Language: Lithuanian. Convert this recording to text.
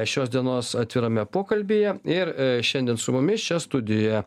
šios dienos atvirame pokalbyje ir a šiandien su mumis čia studijoje